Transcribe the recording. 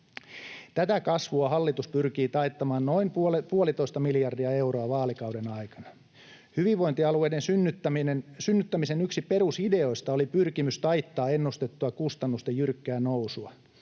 Tätä kasvua hallitus pyrkii taittamaan noin puolitoista miljardia euroa vaalikauden aikana. Hyvinvointialueiden synnyttämisen yksi perusideoista oli pyrkimys taittaa ennustettua kustannusten jyrkkää nousua.